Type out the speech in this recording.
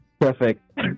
Perfect